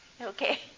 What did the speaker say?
Okay